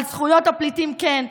זכויות הפליטים כן.